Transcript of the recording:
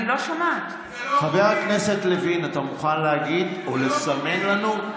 חבר הכנסת לוין, אתה מוכן להגיד, או לסמן לנו?